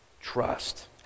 Trust